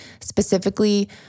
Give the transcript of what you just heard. specifically